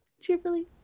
Cheerfully